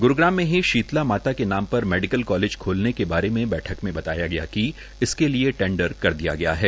ग्र ाम मे ह शीतला माता के नाम पर मे डकल कालेज खोलने के बारे बैठक मे बताया गया क इसके लये टडर कर दया गया है